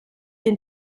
den